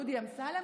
דודי אמסלם,